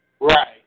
right